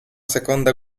seconda